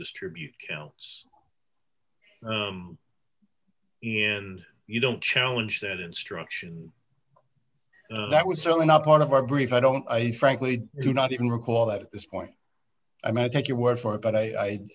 distribute you know you don't challenge that instruction that was certainly not part of our brief i don't i frankly do not even recall that at this point i might take your word for it but i i